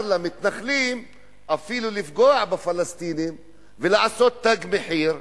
מותר להם לפגוע בפלסטינים ולעשות תג מחיר?